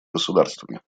государствами